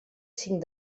cinc